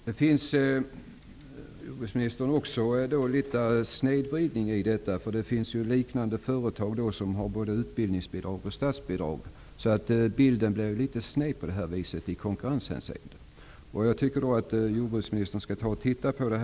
Fru talman! Det finns en viss snedvridning här. Det finns företag som har både utbildningsbidrag och statsbidrag. Bilden blir litet sned i konkurrenshänseende. Jag tycker att jordbruksministern skall se över detta.